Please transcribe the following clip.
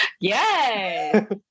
yes